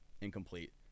Incomplete